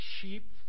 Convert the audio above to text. sheep